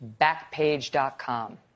Backpage.com